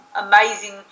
amazing